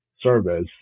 service